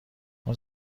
اون